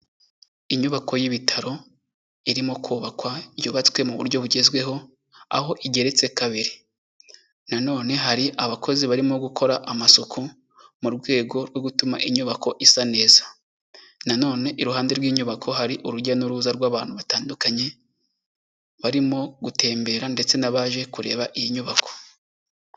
Inyubako y'ibitaro irimo kubakwa yubatswe mu buryo bugezweho, aho igeretse kabiri. Nanone hari abakozi barimo gukora amasuku mu rwego rwo gutuma inyubako isa neza. Nanone iruhande rw'inyubako hari urujya n'uruza rw'abantu batandukanye, barimo gutembera ndetse n'abaje kureba iyi nyubako.